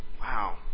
Wow